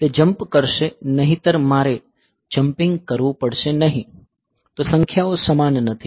તે જંપ કરશે નહિતર મારે જંપિંગ કરવું પડશે નહીં તો સંખ્યાઓ સમાન નથી